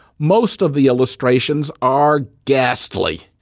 most of the illustrations are ghastly,